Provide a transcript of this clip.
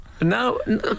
No